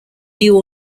new